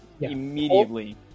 immediately